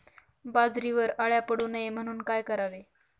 बाजरीवर अळ्या पडू नये म्हणून काय करावे?